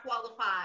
qualified